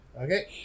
Okay